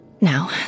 Now